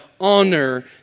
Honor